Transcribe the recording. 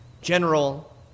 general